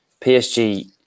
PSG